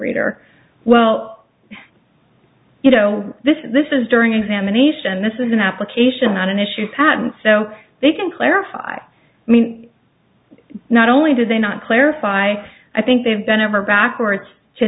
reader well you know this this is during examination this is an application not an issue patent so they can clarify i mean not only did they not clarify i think they've been over backwards to